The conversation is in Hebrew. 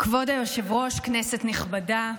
כבוד היושב-ראש, כנסת נכבדה,